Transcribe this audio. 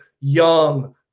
young